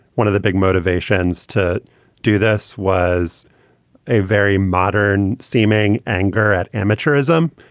one of the big motivations to do this was a very modern seeming anger at amateurism.